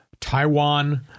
Taiwan